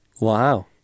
Wow